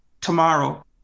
tomorrow